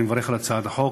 אני מברך על הצעת החוק.